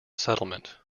settlement